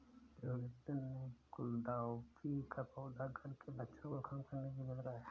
जोगिंदर ने गुलदाउदी का पौधा घर से मच्छरों को खत्म करने के लिए लगाया